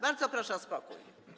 Bardzo proszę o spokój.